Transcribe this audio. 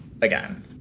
again